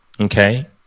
Okay